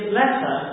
letter